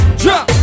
drop